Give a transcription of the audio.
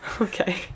okay